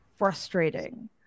frustrating